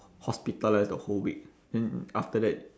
hospitalised the whole week then after that